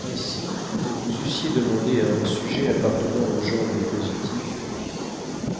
ainsi vous eussiez demandé à un sujet appartenant au genre des positifs